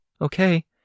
Okay